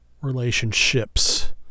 Relationships